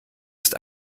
ist